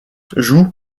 joue